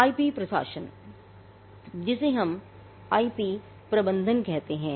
IP प्रशासन जिसे हम आईपी प्रबंधन कहते हैं